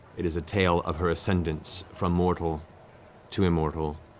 it is a tale of her ascendance from mortal to immortal.